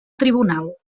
tribunal